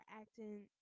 acting